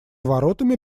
воротами